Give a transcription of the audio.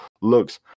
looks